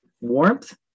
Warmth